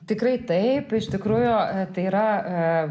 tikrai taip iš tikrųjų tai yra